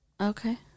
Okay